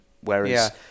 Whereas